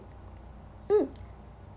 mm